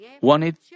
wanted